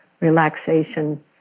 relaxation